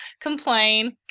complain